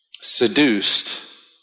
seduced